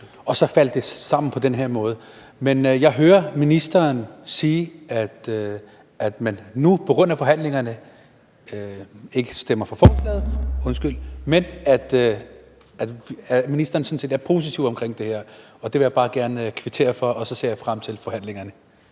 og så faldt det sammen på den her måde. Men jeg hører ministeren sige, at man nu på grund af forhandlingerne ikke stemmer for forslaget, men at ministeren sådan set er positiv omkring det her, og det vil jeg bare gerne kvittere for, og så ser jeg frem til forhandlingerne.